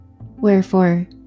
Wherefore